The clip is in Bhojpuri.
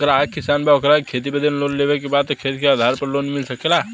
ग्राहक किसान बा ओकरा के खेती बदे लोन लेवे के बा खेत के आधार पर लोन मिल सके ला?